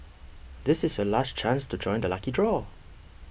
this is your last chance to join the lucky draw